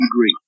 great